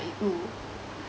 mm